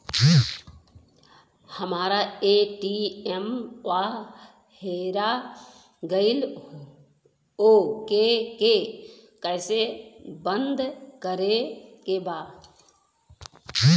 हमरा ए.टी.एम वा हेरा गइल ओ के के कैसे बंद करे के बा?